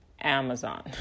Amazon